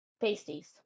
Pasties